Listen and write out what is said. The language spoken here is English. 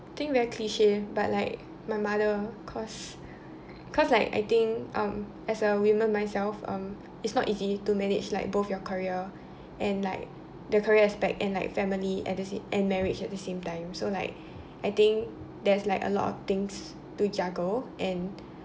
think very cliche but like my mother cause cause like I think um as a woman myself um it's not easy to manage like both your career and like the career aspect and like family at the same and marriage at the same time so like I think there's like a lot of things to juggle and